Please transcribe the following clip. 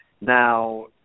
Now